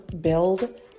build